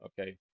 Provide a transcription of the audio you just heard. Okay